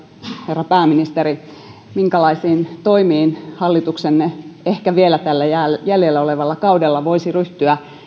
herra pääministeri minkälaisiin toimiin hallituksenne ehkä vielä tällä jäljellä jäljellä olevalla kaudella voisi ryhtyä